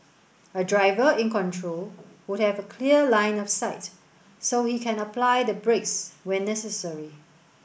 a driver in control would have a clear line of sight so he can apply the brakes when necessary